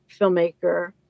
filmmaker